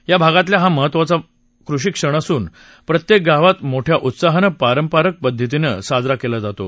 या भागातला हा महत्त्वाचा कृषी सण प्रत्येक गावांत मोठ्या उत्साहानं पारंपरिक पद्धतीनं साजरा केला जातो